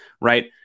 right